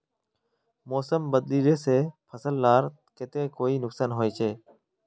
मौसम बदलिले से फसल लार केते कोई नुकसान होचए?